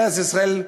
ארץ-ישראל,